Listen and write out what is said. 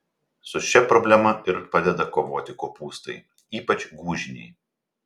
su šia problema ir padeda kovoti kopūstai ypač gūžiniai